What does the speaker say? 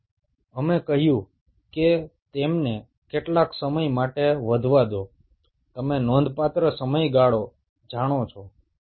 আমরা প্রথমে এগুলোকে বৃদ্ধি পাওয়ার জন্য যথেষ্ট পরিমাণ সময় দিচ্ছি